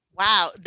Wow